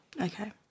Okay